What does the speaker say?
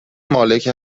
مالک